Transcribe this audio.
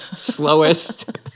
slowest